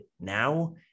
now